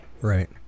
Right